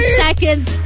seconds